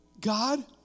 God